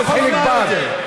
אנחנו חילקנו את ירושלים?